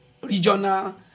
regional